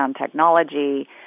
technology